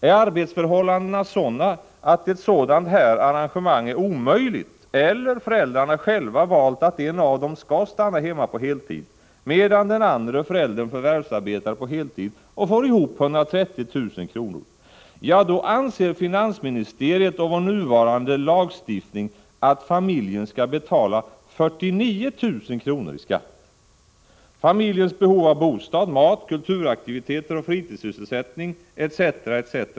Är arbetsförhållandena sådana att ett sådant här arrangemang är omöjligt, eller föräldrarna själva valt att en av dem skall stanna hemma på heltid, medan den andre föräldern förvärvsarbetar på 117 heltid och får ihop 130 000 kr., anser finansministeriet och vår nuvarande lagstiftning att familjen skall betala 49 000 kr. i skatt. Familjens behov av bostad, mat, kulturaktiviteter och fritidssysselsättning etc.